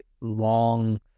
long